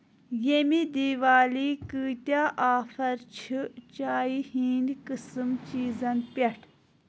یمہِ دیوٲلی کۭتیاہ آفر چھِ چایہِ ہِنٛدۍ قٕسٕم چیٖزَن پٮ۪ٹھ؟